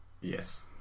yes